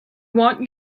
want